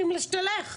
שיכתת את רגליו